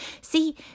See